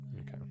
Okay